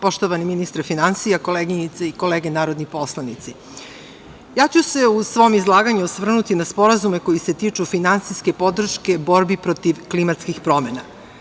Poštovani ministre finansija, koleginice i kolege narodni poslanici, ja ću se u svom izlaganju osvrnuti na sporazume koji se tiču finansijske podrške borbi protiv klimatskih promena.